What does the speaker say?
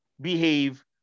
behave